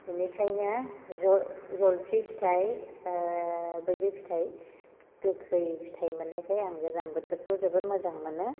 बिनिखायनो ज' जलफि फिथाइ बैग्रि फिथाय गोखै फिथाय मोन्नायखाय आं गोजां बोथोरखौ जोबोर मोजां मोनो